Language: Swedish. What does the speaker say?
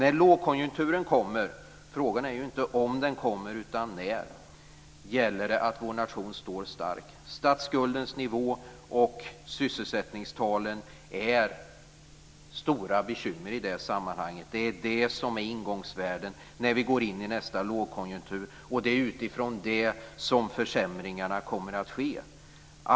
När lågkonjunkturen kommer - frågan är ju inte om den kommer utan när - gäller det att vår nation står stark. Statsskuldens nivå och sysselsättningstalen är stora bekymmer i det sammanhanget. Det är det som är ingångsvärden när vi går in i nästa lågkonjunktur, och det är utifrån det som försämringarna kommer att ske.